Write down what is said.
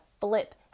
flip